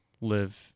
live